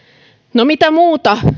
mitä muuta